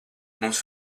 mums